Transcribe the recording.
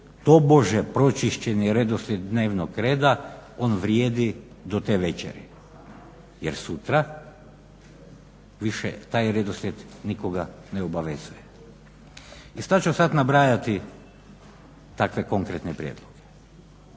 tobože pročišćeni redoslijed dnevnog reda on vrijedi do te večeri jer sutra više taj redoslijed nikoga ne obavezuje? I što ću sad nabrajati takve konkretne prijedloge?